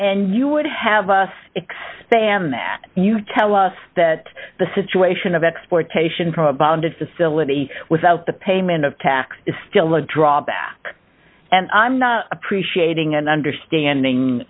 and you would have a ban that you tell us that the situation of exploitation for bonded facility without the payment of tax is still a drawback and i'm not appreciating and understanding